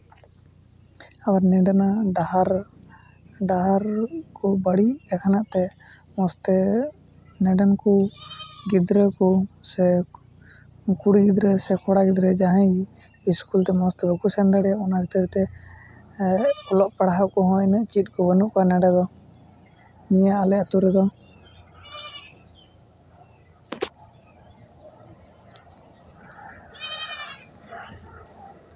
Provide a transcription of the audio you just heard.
ᱟᱨ ᱱᱚᱰᱮᱱᱟᱜ ᱰᱟᱦᱟᱨ ᱰᱟᱦᱟᱨ ᱠᱚ ᱵᱟᱹᱲᱤᱡ ᱟᱠᱟᱱᱟᱜ ᱛᱮ ᱢᱚᱡᱽ ᱛᱮ ᱱᱚᱰᱮᱱ ᱠᱚ ᱜᱤᱫᱽᱨᱟᱹ ᱠᱚ ᱥᱮ ᱠᱩᱲᱤ ᱜᱤᱫᱽᱟᱹ ᱥᱮ ᱠᱚᱲᱟ ᱜᱤᱫᱽᱨᱟᱹ ᱡᱟᱦᱟᱸᱭ ᱜᱮ ᱤᱥᱠᱩᱞ ᱨᱮ ᱢᱚᱡᱽ ᱛᱮ ᱵᱟᱠᱚ ᱥᱮᱱ ᱫᱟᱲᱮᱭᱟᱜᱼᱟ ᱚᱱᱟ ᱠᱷᱟᱹᱛᱤᱨ ᱛᱮ ᱚᱞᱚᱜ ᱯᱟᱲᱦᱟᱜ ᱠᱚᱦᱚᱸ ᱤᱱᱟᱹᱜ ᱪᱮᱫ ᱠᱚ ᱵᱟᱹᱱᱩᱜ ᱠᱚᱣᱟ ᱱᱚᱰᱮ ᱫᱚ ᱱᱤᱭᱟᱹ ᱟᱞᱮ ᱟᱛᱳ ᱨᱮᱫᱚ